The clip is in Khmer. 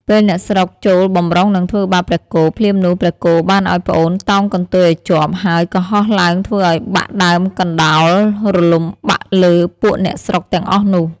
ពេលអ្នកស្រុកចូលបម្រុងនឹងធ្វើបាបព្រះគោ ភ្លាមនោះព្រះគោបានឲ្យប្អូនតោងកន្ទុយឲ្យជាប់ ហើយក៏ហោះឡើងធ្វើឲ្យបាក់ដើមកណ្ដោលរលំបាក់លើពួកអ្នកស្រុកទាំងអស់នោះ។